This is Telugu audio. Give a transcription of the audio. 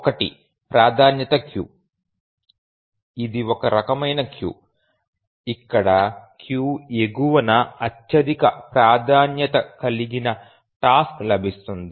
ఒకటి ప్రాధాన్యత క్యూ ఇది ఒక రకమైన క్యూ ఇక్కడ క్యూ ఎగువన అత్యధిక ప్రాధాన్యత కలిగిన టాస్క్ లభిస్తుంది